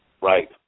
Right